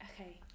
okay